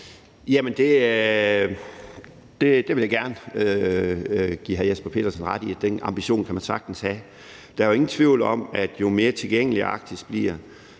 Jeg vil gerne give hr. Jesper Petersen ret i, at den ambition kan man sagtens have. Der er ingen tvivl om, at jo mere tilgængelig Arktis bliver,